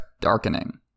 darkening